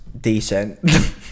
decent